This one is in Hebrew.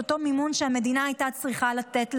את המימון שהמדינה הייתה צריכה לתת להם.